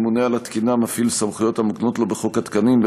הממונה על התקינה מפעיל סמכויות המוקנות לו בחוק התקנים,